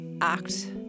act